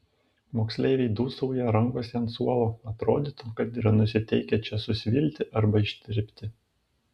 moksleiviai dūsauja rangosi ant suolo atrodytų kad yra nusiteikę čia susvilti arba ištirpti